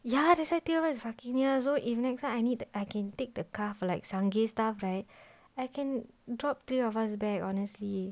ya that's why thinakar is fucking near so if next time I need I can take the car for like sungey stuff right I can drop three of us back honestly